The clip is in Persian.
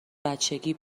بچگی